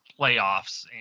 playoffs